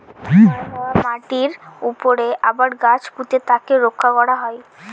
ক্ষয় হওয়া মাটিরর উপরে আবার গাছ পুঁতে তাকে রক্ষা করা হয়